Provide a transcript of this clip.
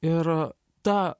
ir ta